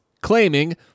claiming